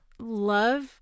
love